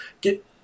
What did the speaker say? Get